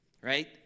right